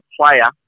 player